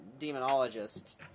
demonologist